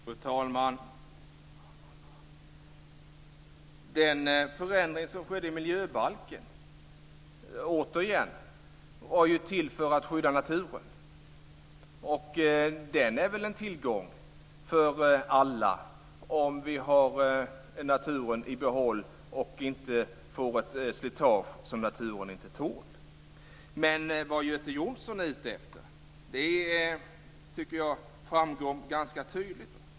Fru talman! Den förändring som skedde i miljöbalken, det vill jag återigen säga, var till för att skydda naturen. Det är väl en tillgång för alla om vi har naturen i behåll och inte får ett slitage som naturen inte tål. Det Göte Jonsson är ute efter tycker jag framgår ganska tydligt.